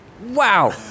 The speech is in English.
Wow